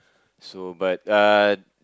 so but uh